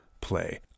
play